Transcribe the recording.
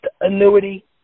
annuity